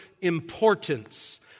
importance